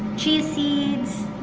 chia seeds